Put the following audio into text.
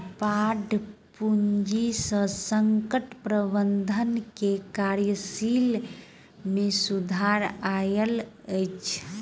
bond पूंजी से संकट प्रबंधन के कार्यशैली में सुधार आयल अछि